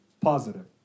positive